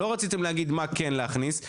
לא רציתם להגיד מה כן להכניס,